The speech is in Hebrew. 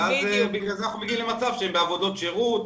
ובגלל זה אנחנו מגיעים למצב שהם בעבודות שירות,